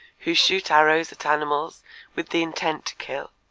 who shoot arrows at animals with the intent, to kill